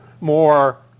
more